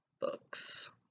books